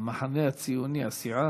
המחנה הציוני, הסיעה,